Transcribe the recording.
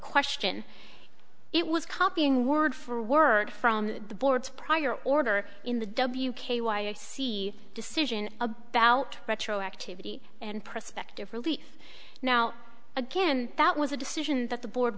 question it was copying word for word from the board's prior order in the w k y o c decision about retroactivity and prospective relief now again that was a decision that the board